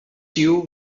dew